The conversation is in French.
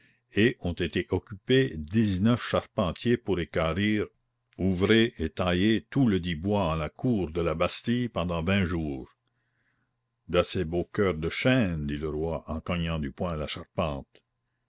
et ont été occupés dix-neuf charpentiers pour équarrir ouvrer et tailler tout ledit bois en la cour de la bastille pendant vingt jours d'assez beaux coeurs de chêne dit le roi en cognant du poing la charpente